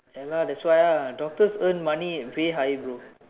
ya lah that's why ah doctors earn money pay high bro